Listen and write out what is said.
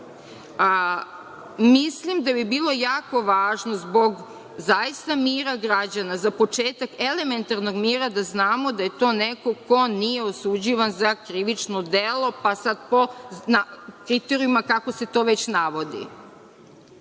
da bi bilo jako važno, zbog zaista mira građana, za početak elementarnog mira, da znamo da je to neko ko nije osuđivan za krivično delo, pa sad ko zna kriterijume kako se to već navodi.